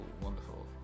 wonderful